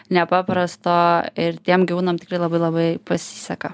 nepaprasto ir tiem gyvūnam tikrai labai labai pasiseka